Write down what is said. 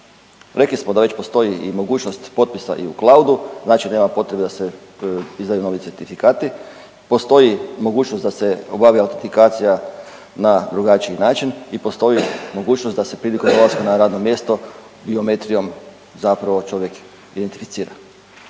Rekli smo da već postoji i mogućnost potpisa i u cloudu, znači nema potrebe da se izdaju novi certifikati, postoji mogućnost da se obavi autitikacija na drugačiji način i postoji mogućnost da se prilikom dolaska na radno mjesto biometrijom zapravo čovjek identificira.